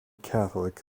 catholic